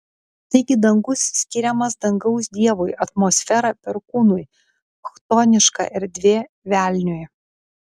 taigi dangus skiriamas dangaus dievui atmosfera perkūnui chtoniška erdvė velniui